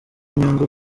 inyungu